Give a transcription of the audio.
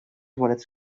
bolets